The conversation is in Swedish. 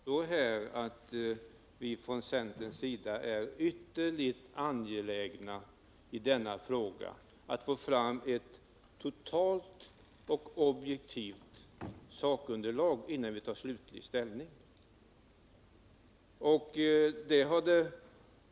Herr talman! Det kvarstår att vi från centerns sida är ytterligt angelägna att i denna fråga få fram ett totalt och objektivt sakunderlag innan vi tar slutlig ställning.